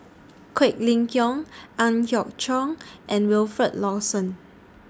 Quek Ling Kiong Ang Hiong Chiok and Wilfed Lawson